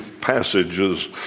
passages